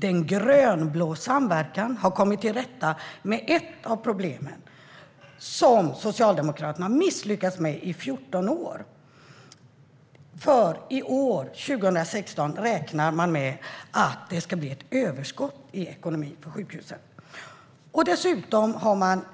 Den grönblå samverkan har kommit till rätta med ett av problemen - något som Socialdemokraterna har misslyckats med i 14 år. I år räknar man nämligen med att det ska bli ett överskott i ekonomin på sjukhusen. Dessutom har man